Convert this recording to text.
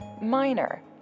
minor